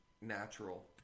natural